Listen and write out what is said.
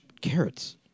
carrots